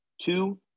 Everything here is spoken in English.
Two